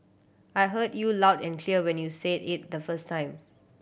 I heard you loud and clear when you said it the first time